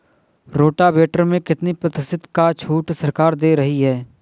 Rotavator में कितनी प्रतिशत का छूट सरकार दे रही है?